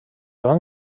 van